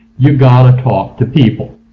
you've got to talk to people.